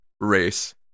Race